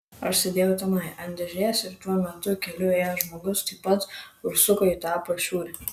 aš sėdėjau tenai ant dėžės ir tuo metu keliu ėjęs žmogus taip pat užsuko į tą pašiūrę